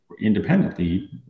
independently